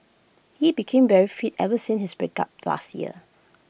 he became very fit ever since his breakup last year